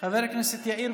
חבר הכנסת יעקב מרגי,